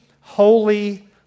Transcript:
holy